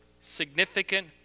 significant